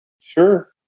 Sure